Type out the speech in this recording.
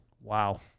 Wow